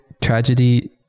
tragedy